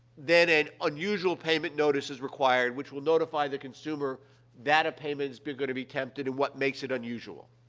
then an unusual payment notice is required, which will notify the consumer that a payment is going to be attempted and what makes it unusual.